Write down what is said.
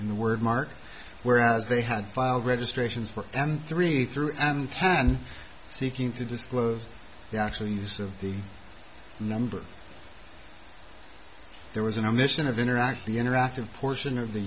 in the word mark where as they had filed registrations for and three through and ten seeking to disclose the actually use of the number there was an omission of interact the interactive portion of the